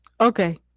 Okay